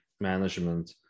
management